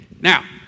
Now